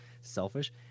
Selfish